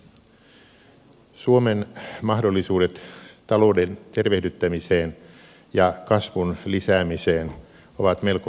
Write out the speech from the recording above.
suomen mahdollisuudet talouden tervehdyttämiseen ja kasvun lisäämiseen ovat melko rajalliset